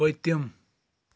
پٔتِم